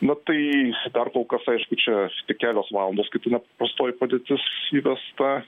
na tai dar kol kas aišku čia tik kelios valandos kai ta nepaprastoji padėtis įvesta